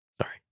Sorry